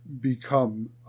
become